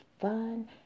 fun